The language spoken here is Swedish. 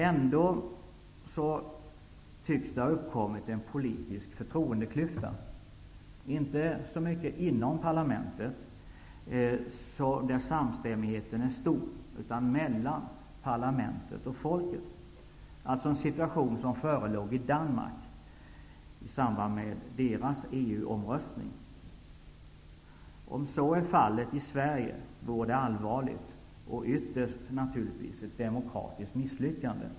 Ändå tycks det ha uppkommit en politisk förtroendeklyfta, inte så mycket inom parlamentet där samstämmigheten är stor, utan mellan parlamentet och folket. Samma situation förelåg i Danmark i samband med EU omröstningen. Om så är fallet i Sverige är det allvarligt och naturligtvis ytterst ett demokratiskt misslyckande.